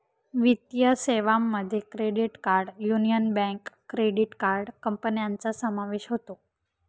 वित्तीय सेवांमध्ये credit card Union Bank credit card कंपन्यांचा समावेश होतो